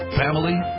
family